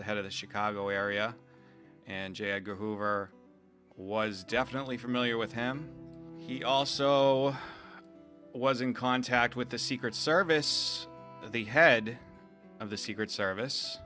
a head of the chicago area and j edgar hoover was definitely familiar with him he also was in contact with the secret service and the head of the secret service